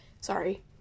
Sorry